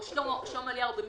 שלמה אליהו במגדל,